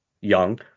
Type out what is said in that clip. young